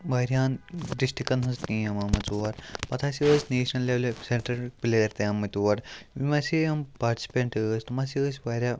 واریاہَن ڈِسٹِرٛکَن ہٕنٛز ٹیٖم آمٕژ اور پَتہٕ ہاسے ٲس نیشنَل لٮ۪ولہِ سٮ۪نٛٹرٕکۍ پٕلیَر تہِ آمٕتۍ اور یِم ہاسے یِم پاٹسِپٮ۪نٛٹ ٲسۍ تِم ہاسے ٲسۍ واریاہ